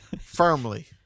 firmly